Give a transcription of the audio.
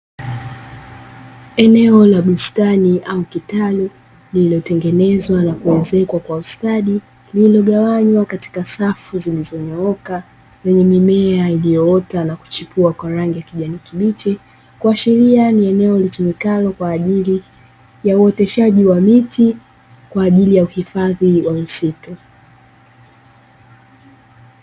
Eneo la bustani au kitalu lililotengenezwa na kuezekwa kwa ustadi, lililogawanywa katika safu zilizonyooka zenye mimea iliyoota na kuchipua kwa rangi ya kijani kibichi, kuashiria ni eneo litumikalo kwa ajili ya uoteshaji wa miti kwa ajili ya uhifadhi wa misitu.